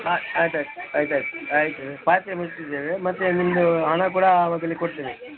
ಹಾಂ ಆಯ್ತು ಆಯ್ತು ಆಯ್ತು ಆಯ್ತು ಪಾತ್ರೆ ಮುಡ್ಸ್ತಿದೇವೆ ಮತ್ತು ನಿಮ್ಮದು ಹಣ ಕೂಡ ಆವಾಗಲೇ ಕೊಡ್ತೇನೆ